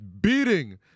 beating